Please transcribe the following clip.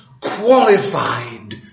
qualified